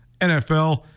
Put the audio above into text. NFL